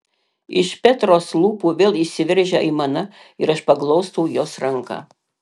iš petros lūpų vėl išsiveržia aimana ir aš paglostau jos ranką